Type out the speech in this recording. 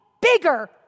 bigger